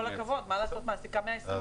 עם כל הכבוד, מעסיקה 120 עובדים.